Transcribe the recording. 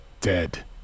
dead